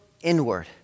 inward